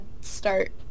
start